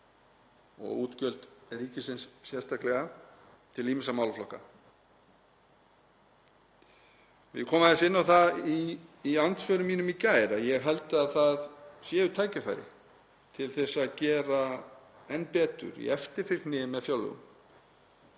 og útgjöld ríkisins sérstaklega til ýmissa málaflokka. Ég kom aðeins inn á það í andsvörum mínum í gær að ég held að það séu tækifæri til að gera enn betur í eftirfylgni með fjárlögum